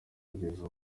kugeza